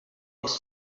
his